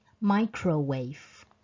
Microwave